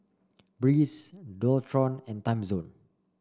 Breeze Dualtron and Timezone